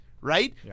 Right